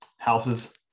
houses